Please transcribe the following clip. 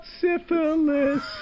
syphilis